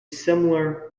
similar